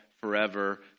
forever